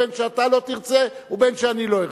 ובין שאתה לא תרצה ובין שאני לא ארצה.